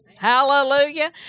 Hallelujah